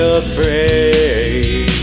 afraid